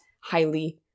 highly